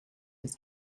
his